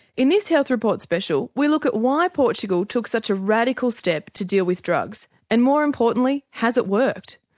in this health report special we look at why portugal took such a radical step to deal with drugs and, more importantly, has it worked?